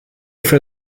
für